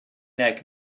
neck